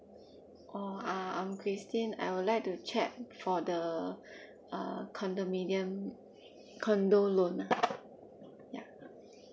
oh uh I'm christine I would like to check for the uh condominium condo loan ah ya